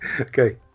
Okay